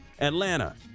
Atlanta